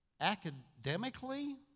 academically